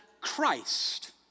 Christ